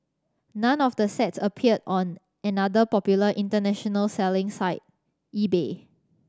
none of the sets appeared on another popular international selling site eBay